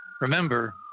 Remember